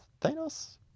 Thanos